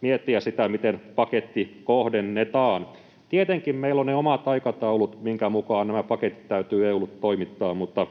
miettiä sitä, miten paketti kohdennetaan. Tietenkin meillä on ne omat aikataulut, minkä mukaan nämä paketit täytyy EU:lle toimittaa, mutta